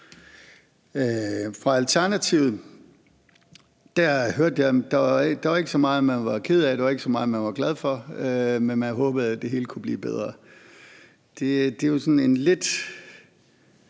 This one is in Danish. meget, man var ked af, og der var ikke så meget, man var glad for, men man håbede, at det hele kunne blive bedre. Det er jo sådan en lidt